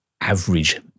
average